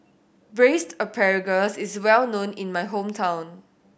Braised Asparagus is well known in my hometown